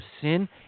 sin